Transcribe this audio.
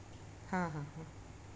हां हां हां